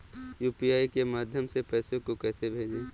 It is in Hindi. यू.पी.आई के माध्यम से पैसे को कैसे भेजें?